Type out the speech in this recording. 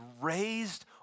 raised